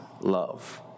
love